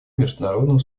международного